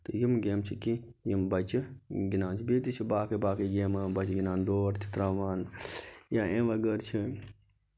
تہٕ یِم گمہٕ چھِ کیٚنہہ یِم بَچہٕ یِم گِندان چھِ بیٚیہِ تہِ چھِ باقٕے باقٕے گیمہٕ بَچہٕ گِندان ڈوڈ چھِ تراوان یا اَمہِ وغٲر چھِ